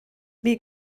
wie